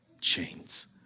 chains